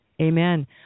Amen